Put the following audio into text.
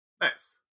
Nice